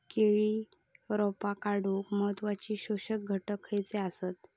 केळी रोपा वाढूक महत्वाचे पोषक घटक खयचे आसत?